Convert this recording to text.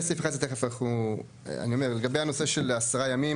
לשנות את הדבר הזה של 10 ימים.